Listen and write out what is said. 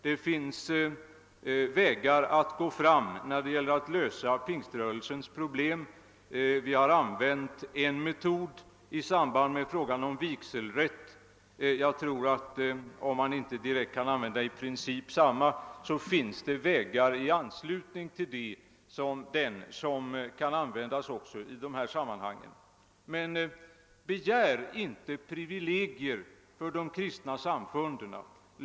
Det finns metoder att Iösa pingströrelsens problem. Vi har använt en metod i samband med frågan om vigselrätt. även om man inte kan använda i princip samma metod här, finns det vägar att gå i anslutning till den. Men begär inte privilegier för de kristna samfunden!